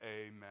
amen